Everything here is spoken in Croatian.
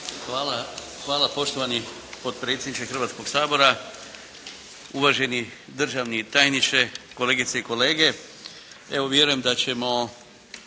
Hvala poštovani potpredsjedniče Hrvatskoga sabora, uvaženi državni tajniče, kolegice i kolege. Evo vjerujem da ćemo